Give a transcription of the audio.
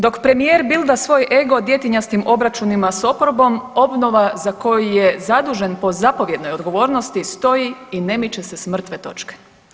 Dok premijer bilda svoj ego djetinjastim obračunima s oporbom, obnova za koju je zadužen po zapovjednoj odgovornosti stoji i ne miče se s mrtve točke.